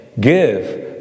give